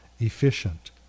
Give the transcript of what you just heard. efficient